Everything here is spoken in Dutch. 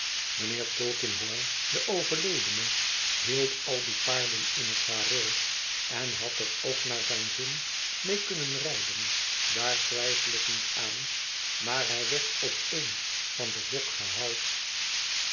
mijnheer tulkinghorn de overledene hield al die paarden in het gareel en had er ook naar zijn zin mee kunnen rijden daar twijfel ik niet aan maar hij werd op eens van den bok gehaald